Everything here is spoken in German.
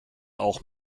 auch